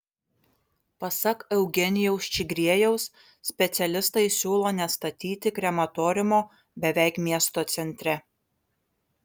pasak eugenijaus čigriejaus specialistai siūlo nestatyti krematoriumo beveik miesto centre